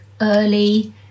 early